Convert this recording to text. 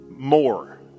more